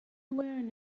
wearing